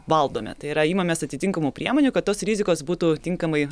valdome tai yra imamės atitinkamų priemonių kad tos rizikos būtų tinkamai